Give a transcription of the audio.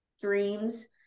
dreams